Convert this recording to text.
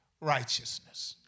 Righteousness